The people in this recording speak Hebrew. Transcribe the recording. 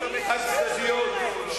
חד-צדדיות,